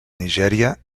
nigèria